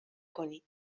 کنید